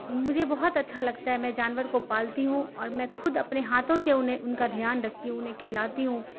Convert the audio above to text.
مجھے بہت اچھا لگتا ہے میں جانور کو پالتی ہوں اور میں خود اپنے ہاتھوں سے انہیں ان کا دھیان رکھتی ہوں انہیں کھلاتی ہوں